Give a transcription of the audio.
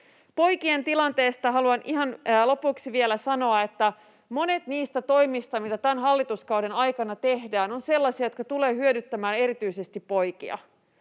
Poikien tilanteesta haluan ihan lopuksi vielä sanoa, että monet niistä toimista, mitä tämän hallituskauden aikana tehdään, ovat sellaisia, jotka tulevat hyödyttämään erityisesti poikia.